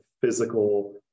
physical